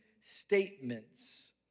statements